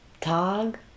tag